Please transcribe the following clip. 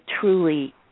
truly